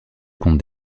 compte